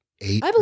eight